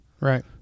Right